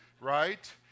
right